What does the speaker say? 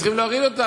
צריך להוריד אותם.